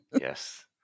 yes